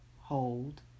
Hold